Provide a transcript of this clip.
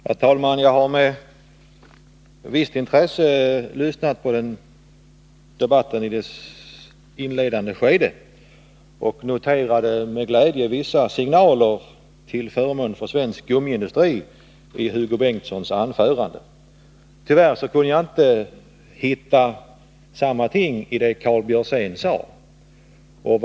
Herr talman! Jag har med visst intresse lyssnat på debatten i dess inledande skede. I Hugo Bengtssons anförande noterade jag med glädje vissa signaler till förmån för svensk gummiindustri. Tyvärr kunde jag inte hitta samma ting i vad Karl Björzén sade.